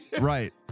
right